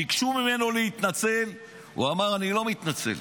ביקשו ממנו להתנצל, הוא אמר: אני לא מתנצל.